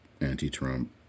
anti-Trump